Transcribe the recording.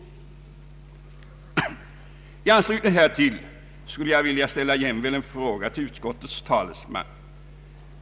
I anslutning härtill skulle jag vilja ställa jämväl en fråga till utskottets talesman.